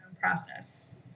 process